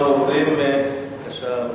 אנחנו עוברים לסעיף